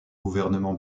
gouvernement